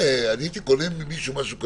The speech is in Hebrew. הייתי קונה ממישהו משהו כזה?